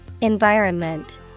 Environment